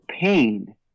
pain